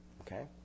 Okay